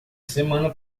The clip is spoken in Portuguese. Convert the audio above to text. semana